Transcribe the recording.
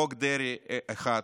חוק דרעי 1,